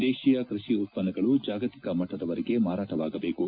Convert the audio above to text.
ದೇಶೀಯ ಕೃಷಿ ಉತ್ಪನ್ನಗಳು ಜಾಗತಿಕ ಮಟ್ಟದ ವರೆಗೆ ಮಾರಾಟವಾಗಬೇಕು